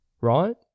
right